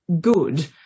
good